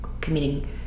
committing